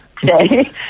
today